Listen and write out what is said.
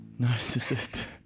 narcissist